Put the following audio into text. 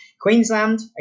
Queensland